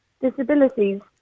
disabilities